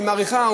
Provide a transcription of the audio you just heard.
שהיא מאריכה,